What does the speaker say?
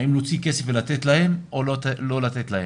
האם להוציא כסף ולתת להם או לא לתת להם,